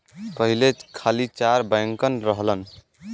पहिले खाली चार बैंकन रहलन